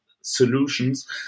solutions